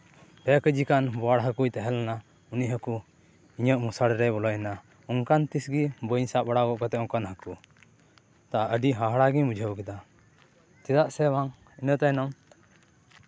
ᱯᱮ ᱠᱮᱡᱤ ᱜᱟᱱ ᱵᱳᱣᱟᱲ ᱦᱟᱹᱠᱩᱭ ᱛᱟᱦᱮᱸ ᱠᱟᱱᱟ ᱩᱱᱤ ᱦᱟᱹᱠᱩ ᱤᱧᱟᱹᱜ ᱢᱚᱥᱟᱨᱤ ᱨᱮᱭ ᱵᱚᱞᱚᱭᱮᱱᱟ ᱚᱱᱠᱟᱱ ᱛᱤᱥ ᱜᱮ ᱵᱟᱹᱧ ᱥᱟᱵ ᱵᱟᱲᱟᱣ ᱠᱟᱜ ᱠᱚᱣᱟ ᱚᱱᱠᱟᱱ ᱦᱟᱹᱠᱩ ᱛᱟ ᱟᱹᱰᱤ ᱦᱟᱦᱟᱲᱟᱜ ᱜᱤᱧ ᱵᱩᱡᱷᱟᱹᱣ ᱠᱮᱫᱟ ᱪᱮᱫᱟᱜ ᱥᱮ ᱵᱟᱝ ᱤᱱᱟᱹ ᱛᱟᱭᱱᱚᱢ